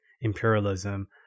imperialism